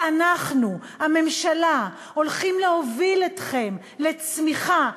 ואנחנו, הממשלה, הולכים להוביל אתכם לצמיחה,